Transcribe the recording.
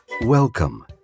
Welcome